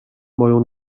moją